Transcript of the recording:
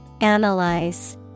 Analyze